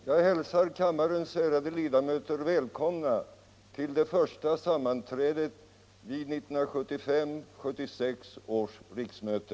Jag hälsar kammarens ärade ledamöter välkomna till det första sammanträdet vid 1975/76 års riksmöte.